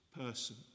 person